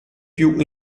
più